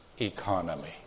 economy